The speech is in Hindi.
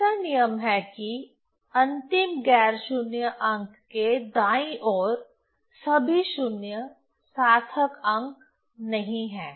तीसरा नियम है कि अंतिम गैर शून्य अंक के दाईं ओर सभी शून्य सार्थक अंक नहीं हैं